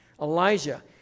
Elijah